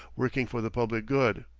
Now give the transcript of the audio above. working for the public good.